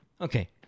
Okay